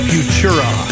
Futura